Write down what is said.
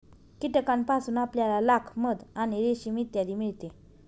कीटकांपासून आपल्याला लाख, मध आणि रेशीम इत्यादी मिळते